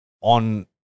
on